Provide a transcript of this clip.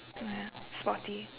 sporty